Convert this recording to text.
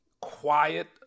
quiet